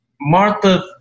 Martha